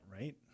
right